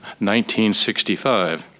1965